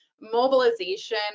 mobilization